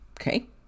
Okay